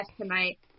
tonight